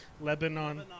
Lebanon